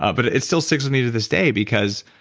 ah but it still sticks with me to this day because